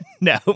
No